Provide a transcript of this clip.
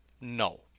no